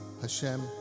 Hashem